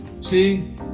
see